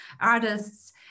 artists